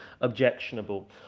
objectionable